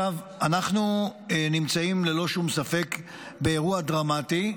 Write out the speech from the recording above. אנחנו נמצאים ללא שום ספק באירוע דרמטי.